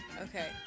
Okay